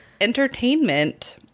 entertainment